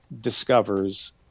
discovers